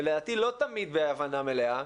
ולדעתי לא תמיד בהבנה מלאה,